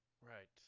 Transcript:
right